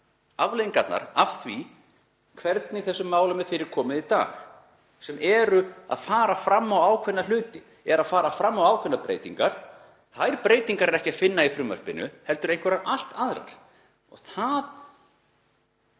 afleiðingarnar af því hvernig þessum málum er fyrir komið í dag og eru að fara fram á ákveðna hluti, eru að fara fram á ákveðnar breytingar. Þær breytingar er ekki að finna í frumvarpinu heldur einhverjar allt aðrar. Það